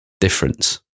difference